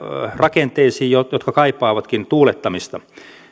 rakenteisiin jotka kaipaavatkin tuulettamista